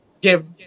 give